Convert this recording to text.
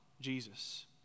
Jesus